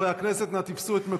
חבר הכנסת ואליד